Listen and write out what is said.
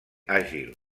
àgil